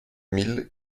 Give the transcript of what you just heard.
mille